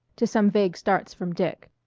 to some vague starts from dick.